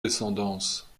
descendance